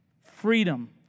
freedom